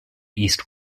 east